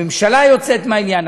הממשלה יוצאת מהעניין,